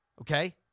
Okay